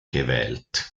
gewählt